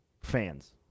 fans